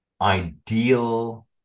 ideal